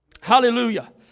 Hallelujah